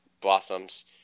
blossoms